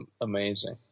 amazing